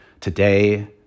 today